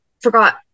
forgot